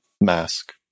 mask